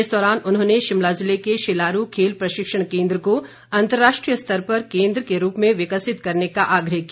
इस दौरान उन्होंने शिमला जिले के शिलारू खेल प्रशिक्षण केन्द्र को अंतर्राष्ट्रीय स्तर के केन्द्र के रूप में विकसित करने का आग्रह किया